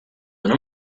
una